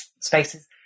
spaces